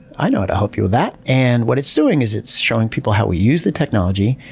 i know how to help you with that. and what it's doing is, it's showing people how we use the technology,